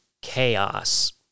chaos